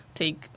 take